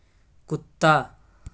کتا